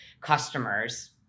customers